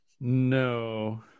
No